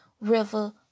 River